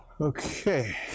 Okay